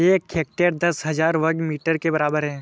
एक हेक्टेयर दस हजार वर्ग मीटर के बराबर है